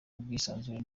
bwisanzure